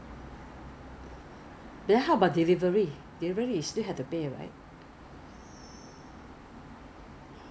以前没有这么贵 because ah 我已经知道的 but in april 他们 start 换我不知道他们换他们的那个 forwarding cost mah